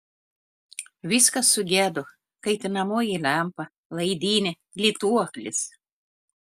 viskas sugedo kaitinamoji lempa laidynė lituoklis